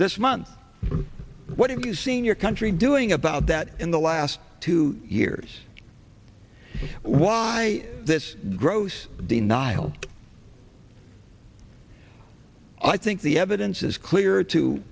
this month what have you seen your country doing about that in the last two years why this gross denial i think the evidence is clear to